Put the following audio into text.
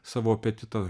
savo apetitą